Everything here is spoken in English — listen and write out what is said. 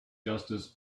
justice